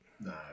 No